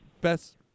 best